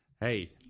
hey